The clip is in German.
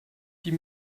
die